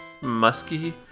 musky